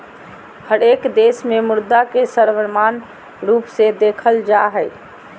हरेक देश में मुद्रा के सर्वमान्य रूप से देखल जा हइ